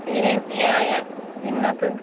நீங்கள் என்னது